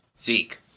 Zeke